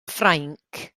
ffrainc